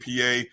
PA